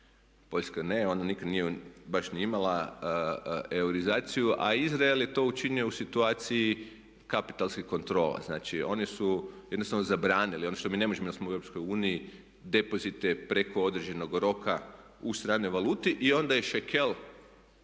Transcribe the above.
Poljska ne, ona nikad nije baš ni imala euroizaciju a Izrael je to učinio u situaciji kapitalske kontrole. Znači one su jednostavno zabranili, ono što mi ne možemo jer smo u Europskoj uniji depozite preko određenog roka u stranoj valuti. I onda je šekel